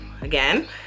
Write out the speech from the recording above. again